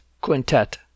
quintet